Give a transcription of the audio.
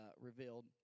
revealed